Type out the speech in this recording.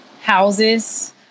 houses